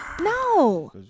No